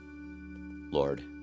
Lord